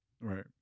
Right